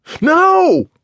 No